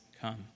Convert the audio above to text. come